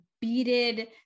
beaded